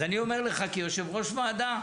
אז אני אומר לך כיושב ראש ועדה,